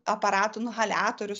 aparatų inhaliatorius